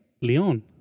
Leon